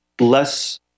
less